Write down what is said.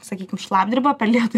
sakykim šlapdriba per lietų